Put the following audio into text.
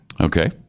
Okay